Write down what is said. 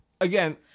again